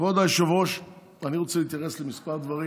כבוד היושב-ראש, אני רוצה להתייחס לכמה דברים